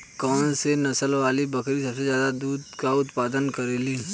कौन से नसल वाली बकरी सबसे ज्यादा दूध क उतपादन करेली?